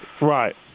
Right